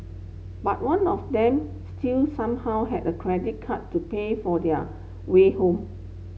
but one of them still somehow had a credit card to pay for their way home